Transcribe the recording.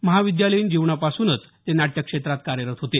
महाविद्यालयीन जीवनापासून ते नाट्यक्षेत्रात कार्यरत होते